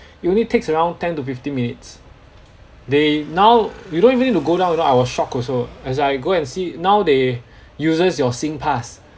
it only takes around ten to fifteen minutes they now you don't even need to go down you know I was shocked also as I go and see now they uses your singpass